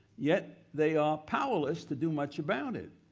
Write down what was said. yet, they are powerless to do much about it.